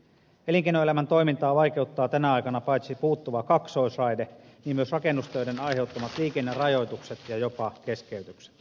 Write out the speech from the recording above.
elinkeinoelämän toimintaa vaikeuttaa tänä aikana paitsi puuttuva kaksoisraide niin myös rakennustöiden aiheuttamat liikennerajoitukset ja jopa keskeytykset